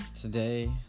Today